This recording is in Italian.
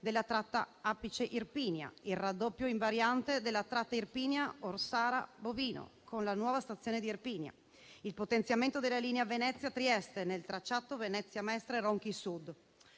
della tratta Apice-Hirpinia; il raddoppio in variante della tratta Hirpinia-Orsara-Bovino, con la nuova stazione di Hirpinia; il potenziamento della linea Venezia-Trieste nel tracciato Venezia Mestre-Ronchi Sud.